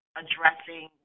addressing –